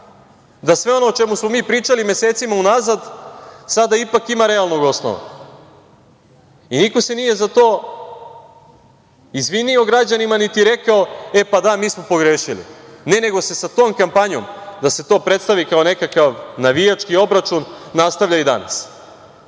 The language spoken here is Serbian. da sve ono o čemu smo mi pričali mesecima unazad sada ipak ima realnog osnova. Niko se nije za to izvinio građanima niti rekao - pa da, mi smo pogrešili. Ne, nego se sa tom kampanjom da se to predstavi kao nekakav navijački obračun nastavlja i danas.I